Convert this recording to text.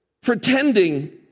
Pretending